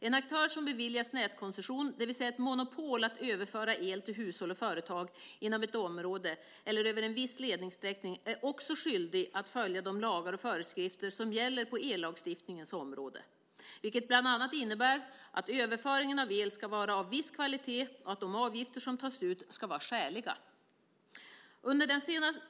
En aktör som beviljas nätkoncession, det vill säga ett monopol att överföra el till hushåll och företag inom ett område eller över en viss ledningssträckning, är också skyldig att följa de lagar och föreskrifter som gäller på ellagstiftningens område, vilket bland annat innebär att överföringen av el ska vara av viss kvalitet och att de avgifter som tas ut ska vara skäliga.